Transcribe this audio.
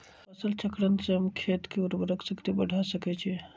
फसल चक्रण से हम खेत के उर्वरक शक्ति बढ़ा सकैछि?